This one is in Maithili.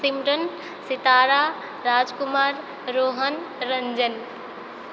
पिंडन सितारा राजकुमार रोहन रंजन